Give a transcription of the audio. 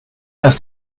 ist